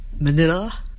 Manila